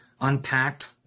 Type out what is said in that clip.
unpacked